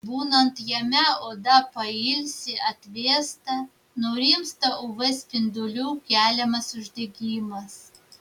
būnant jame oda pailsi atvėsta nurimsta uv spindulių keliamas uždegimas